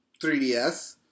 3DS